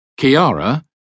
Kiara